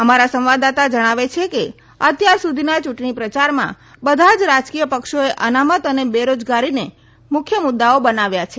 અમારા સંવાદદાતા જણાવે છે કે અત્યાર સુધીના ચૂંટણી પ્રચારમાં બધા જ રાજકીય પક્ષોએ અનામત અને બેરોજગારીને મુખ્ય મુદ્દાઓ બનાવ્યા છે